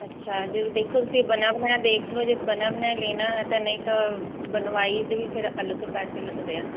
ਅੱਛਾ ਦੇਖੋ ਤੁਸੀਂ ਬਣਿਆ ਬਣਾਇਆ ਦੇਖ ਲੋ ਜੇ ਬਣਿਆ ਬਣਾਇਆ ਲੈਣਾ ਤਾਂ ਨਹੀਂ ਤਾਂ ਬਣਵਾਈ ਦੇ ਫਿਰ ਅਲਗ ਪੈਸੇ ਲੱਗਦੇ ਆ